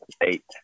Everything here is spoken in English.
eight